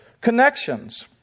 connections